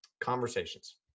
Conversations